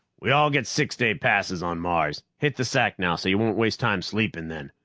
we all get six-day passes on mars. hit the sack now so you won't waste time sleeping then.